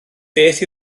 beth